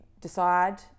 decide